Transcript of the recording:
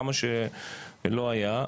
כמה שלא היה,